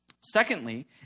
Secondly